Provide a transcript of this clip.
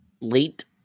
late